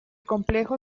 complejo